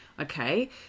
Okay